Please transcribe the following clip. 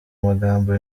magambo